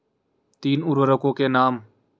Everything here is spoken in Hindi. तीन उर्वरकों के नाम?